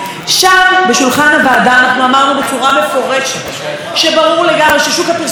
השתנה באופן דרמטי וכתוצאה מזה רשת וערוץ 10 ככל הנראה יצטרכו להתמזג.